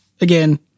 again